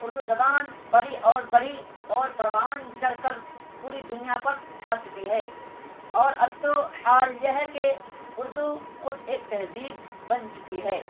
اردو زبان پلی اور بڑھی اور پروان چڑھ کر پوری دنیا پر چھا چکی ہے اور اب تو حال یہ ہے کہ اردو خود ایک تہذیب بن چکی ہے